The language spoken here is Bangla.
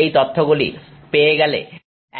এই তথ্যগুলি পেয়ে গেলে